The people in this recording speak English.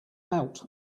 out